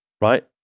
right